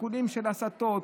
שיקולים של הסתות,